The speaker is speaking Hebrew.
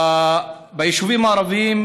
ביישובים הערביים